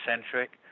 centric